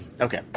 Okay